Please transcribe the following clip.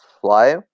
fly